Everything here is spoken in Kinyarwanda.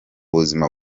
buzima